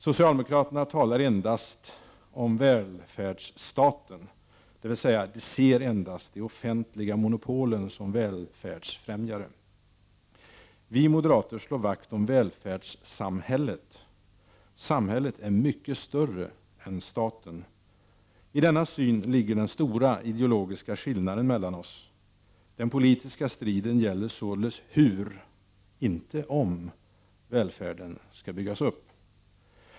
Socialdemokraterna talar endast om välfärdsstaten, dvs. de ser endast de offentliga monopolen som välfärdsfrämjare. Vi moderater slår vakt om välfärdssamhället. Samhället är mycket större än staten. I denna syn ligger den stora ideologiska skillnaden mellan oss. Den politiska striden gäller således hur — inte om — välfärden skall byggas upp.